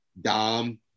Dom